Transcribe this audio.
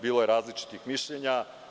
Bilo je različitih mišljenja.